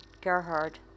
Gerhard